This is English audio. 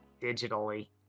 digitally